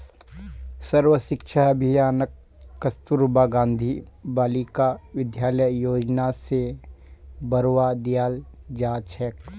सर्व शिक्षा अभियानक कस्तूरबा गांधी बालिका विद्यालय योजना स बढ़वा दियाल जा छेक